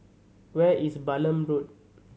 where is Balam Road